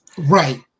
Right